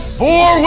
four